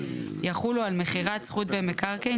יחולו על מכירת זכות במקרקעין,